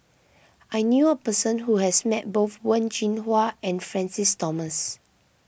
I knew a person who has met both Wen Jinhua and Francis Thomas